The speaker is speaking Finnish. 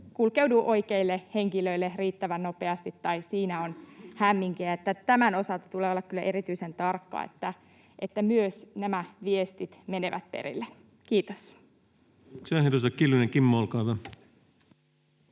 kulkeudu oikeille henkilöille riittävän nopeasti tai siinä on hämminkiä. Tämän osalta tulee kyllä olla erityisen tarkka, että myös nämä viestit menevät perille. — Kiitos.